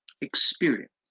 Experience